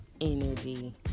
energy